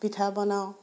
পিঠা বনাওঁ